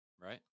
Right